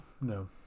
No